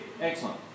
Excellent